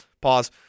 Pause